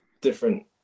different